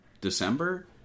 December